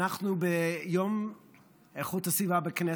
אנחנו ביום איכות הסביבה בכנסת,